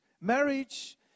marriage